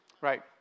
Right